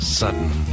sudden